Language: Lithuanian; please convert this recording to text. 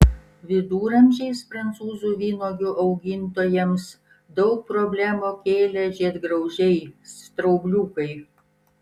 viduramžiais prancūzų vynuogių augintojams daug problemų kėlė žiedgraužiai straubliukai